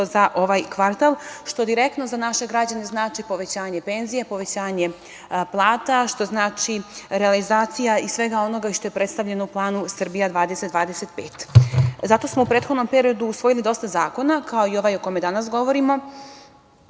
za ovaj kvartal, što direktno za naše građane znači povećanje penzija, povećanje plata, što znači realizaciju svega onoga što je predstavljeno u planu "Srbija 2025".Zato smo u prethodnom periodu usvojili dosta zakona, kao i ovaj o kome danas govorimo,